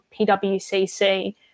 PWCC